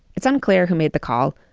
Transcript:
it's unclear who made the call,